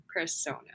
persona